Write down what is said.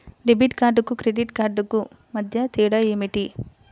Debit కార్డుకు credit credit కార్డుకు మధ్య తేడా ఏమిటీ?